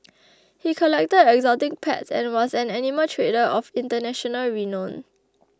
he collected exotic pets and was an animal trader of international renown